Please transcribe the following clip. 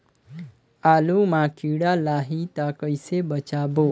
आलू मां कीड़ा लाही ता कइसे बचाबो?